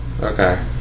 Okay